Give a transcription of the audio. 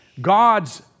God's